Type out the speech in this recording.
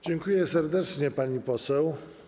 Dziękuję serdecznie, pani poseł.